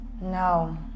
No